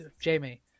jamie